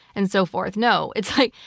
and so forth. no. it's like,